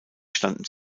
standen